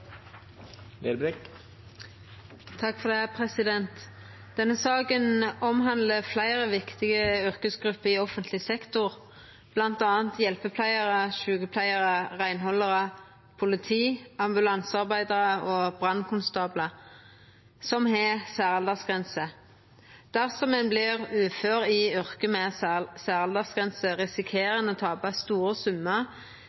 Denne saka omhandlar fleire viktige yrkesgrupper i offentleg sektor, bl.a. hjelpepleiarar, sjukepleiarar, reinhaldarar, politi, ambulansearbeidarar og brannkonstablar, som har særaldersgrense. Dersom ein vert ufør i yrke med